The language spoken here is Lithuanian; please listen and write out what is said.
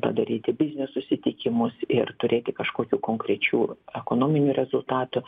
padaryti biznio susitikimus ir turėti kažkokių konkrečių ekonominių rezultatų